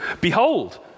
Behold